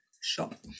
shop